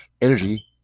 energy